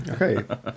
Okay